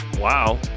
wow